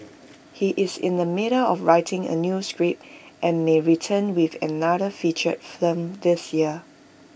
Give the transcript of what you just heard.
he is in the middle of writing A new script and may return with another feature film this year